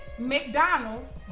mcdonald's